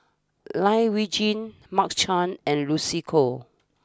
Lai Weijie Mark Chan and Lucy Koh